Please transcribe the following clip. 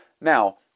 Now